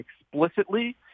explicitly